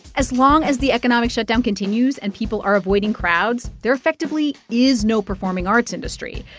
as long as the economic shutdown continues and people are avoiding crowds, there effectively is no performing arts industry.